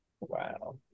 Wow